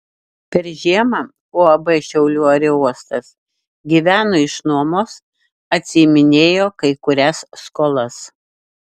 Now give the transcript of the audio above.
per žiemą uab šiaulių aerouostas gyveno iš nuomos atsiiminėjo kai kurias skolas